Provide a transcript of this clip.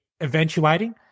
eventuating